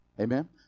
Amen